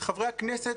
חברי הכנסת,